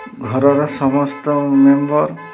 ଘରର ସମସ୍ତ ମେମ୍ବର୍